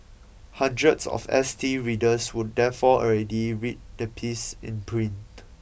hundreds of S T readers would therefore already read the piece in print